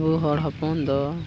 ᱟᱵᱚ ᱦᱚᱲ ᱦᱚᱯᱚᱱ ᱫᱚ